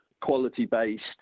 quality-based